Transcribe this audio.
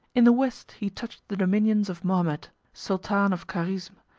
in the west, he touched the dominions of mohammed, sultan of carizme,